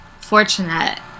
fortunate